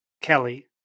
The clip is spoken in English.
Kelly